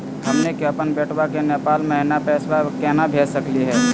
हमनी के अपन बेटवा क नेपाल महिना पैसवा केना भेज सकली हे?